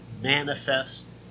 manifest